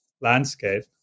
landscape